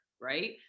right